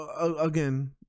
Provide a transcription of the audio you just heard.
again